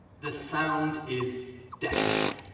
the sound is deafening.